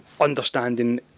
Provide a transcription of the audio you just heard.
understanding